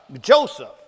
Joseph